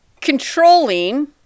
controlling